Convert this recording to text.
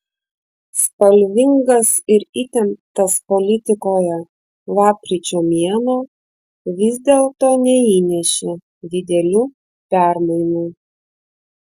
spalvingas ir įtemptas politikoje lapkričio mėnuo vis dėlto neįnešė didelių permainų